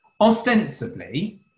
Ostensibly